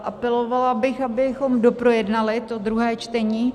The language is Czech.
Apelovala bych, abychom doprojednali druhé čtení.